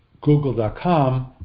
Google.com